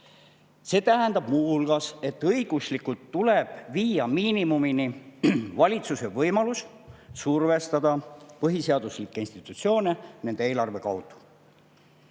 See tähendab muu hulgas, et tuleb viia õiguslikult miinimumini valitsuse võimalus survestada põhiseaduslikke institutsioone nende eelarvete kaudu.